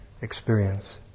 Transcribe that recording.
experience